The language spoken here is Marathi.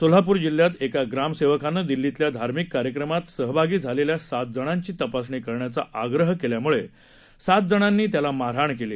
सोलापूर जिल्ह्यात एका ग्राम सेवकानं दिल्लीतल्या धार्मिक कार्यक्रमात सहभागी झालेल्या सात जणांची तपासणी करण्याचा आग्रह केल्यामुळे सात जणांनी त्याला मारहाण केली